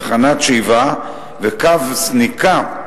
תחנת שאיבה וקו סניקה,